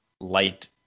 light